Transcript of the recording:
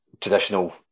traditional